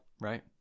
Right